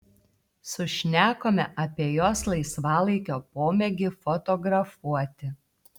sušnekome apie jos laisvalaikio pomėgį fotografuoti